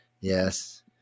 Yes